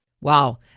Wow